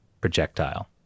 Projectile